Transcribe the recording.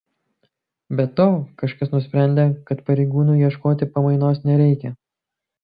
be to kažkas nusprendė kad pareigūnui ieškoti pamainos nereikia